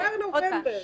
נגמר נובמבר.